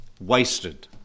wasted